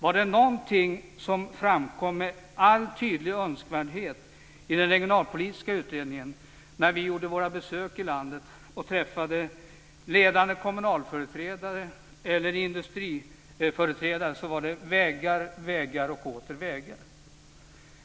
Om det var någonting som framkom med all önskvärd tydlighet i den regionalpolitiska utredningen när vi gjorde våra besök i landet och träffade ledande kommunalföreträdare och industriföreträdare så var det vägar, vägar och åter vägar.